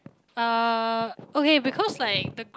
uh okay because like the group